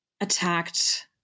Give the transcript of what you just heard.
attacked